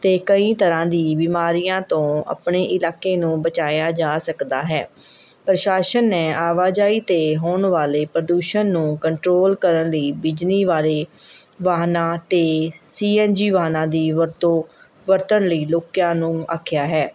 ਅਤੇ ਕਈ ਤਰ੍ਹਾਂ ਦੀ ਬਿਮਾਰੀਆਂ ਤੋਂ ਆਪਣੇ ਇਲਾਕੇ ਨੂੰ ਬਚਾਇਆ ਜਾ ਸਕਦਾ ਹੈ ਪ੍ਰਸ਼ਾਸਨ ਨੇ ਆਵਾਜਾਈ 'ਤੇ ਹੋਣ ਵਾਲੇ ਪ੍ਰਦੂਸ਼ਣ ਨੂੰ ਕੰਟਰੋਲ ਕਰਨ ਲਈ ਬਿਜਲੀ ਵਾਲੇ ਵਾਹਨਾਂ ਅਤੇ ਸੀ ਐੱਨ ਜੀ ਵਾਹਨਾਂ ਦੀ ਵਰਤੋਂ ਵਰਤਣ ਲਈ ਲੋਕਾਂ ਨੂੰ ਆਖਿਆ ਹੈ